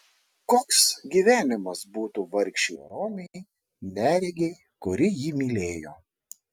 koks gyvenimas būtų vargšei romiai neregei kuri jį mylėjo